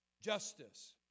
Justice